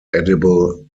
edible